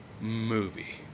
Movie